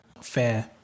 Fair